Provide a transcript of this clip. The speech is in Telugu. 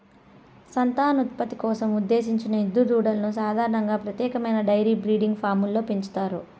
సంతానోత్పత్తి కోసం ఉద్దేశించిన ఎద్దు దూడలను సాధారణంగా ప్రత్యేకమైన డెయిరీ బ్రీడింగ్ ఫామ్లలో పెంచుతారు